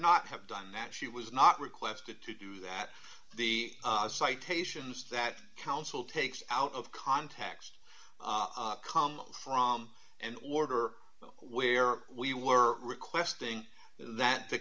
not have done that she was not requested to do that the citations that counsel takes out of context come from an order where we were requesting that the